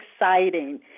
exciting